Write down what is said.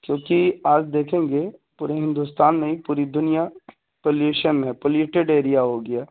کیوںکہ آج دیکھیں گے پورے ہندوستان نہیں پوری دنیا پولیشن ہے پولیٹیڈ ائیریا ہو گیا